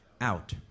out